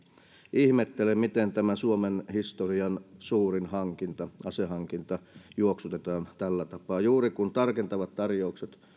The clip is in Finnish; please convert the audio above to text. ihmettelen miten tämä suomen historian suurin hankinta asehankinta juoksutetaan tällä tapaa juuri kun tarkentavat tarjoukset